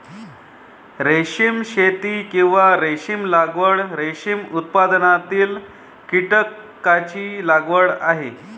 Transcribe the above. रेशीम शेती, किंवा रेशीम लागवड, रेशीम उत्पादनातील कीटकांची लागवड आहे